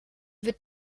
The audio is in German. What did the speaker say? wird